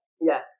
Yes